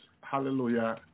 hallelujah